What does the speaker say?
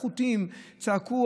צעקו,